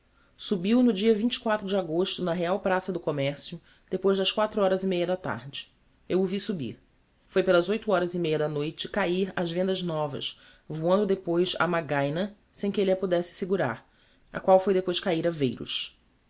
subiu no dia d'agosto na real praça do commercio depois das quatro horas e meia da tarde eu o vi subir foi pelas oito horas e meia da noite cahir ás vendas novas voando depois a magaina sem que elle a podesse segurar a qual foi depois cahir a veiros